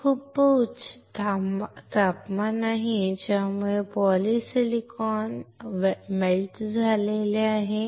हे खूप उच्च तापमान आहे त्यामुळे हे पॉलिसिलिकॉन वितळले आहे